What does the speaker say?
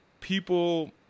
people